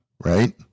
right